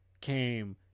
came